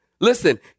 Listen